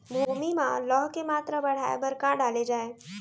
भूमि मा लौह के मात्रा बढ़ाये बर का डाले जाये?